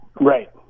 Right